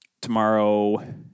tomorrow